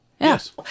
Yes